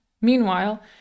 Meanwhile